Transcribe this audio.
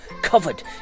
covered